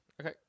Okay